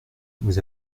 vous